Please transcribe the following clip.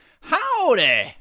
Howdy